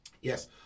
yes